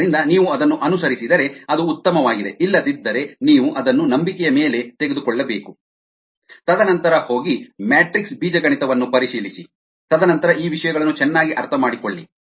ಆದ್ದರಿಂದ ನೀವು ಅದನ್ನು ಅನುಸರಿಸಿದರೆ ಅದು ಉತ್ತಮವಾಗಿದೆ ಇಲ್ಲದಿದ್ದರೆ ನೀವು ಅದನ್ನು ನಂಬಿಕೆಯ ಮೇಲೆ ತೆಗೆದುಕೊಳ್ಳಬೇಕು ತದನಂತರ ಹೋಗಿ ಮ್ಯಾಟ್ರಿಕ್ಸ್ ಬೀಜಗಣಿತವನ್ನು ಪರಿಶೀಲಿಸಿ ತದನಂತರ ಈ ವಿಷಯಗಳನ್ನು ಚೆನ್ನಾಗಿ ಅರ್ಥಮಾಡಿಕೊಳ್ಳಿ